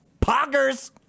Poggers